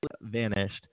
vanished